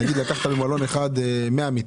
נגיד לקחת על מלון אחד 100 מיטות.